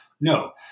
No